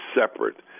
separate